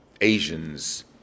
Asians